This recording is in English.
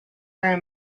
her